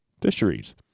fisheries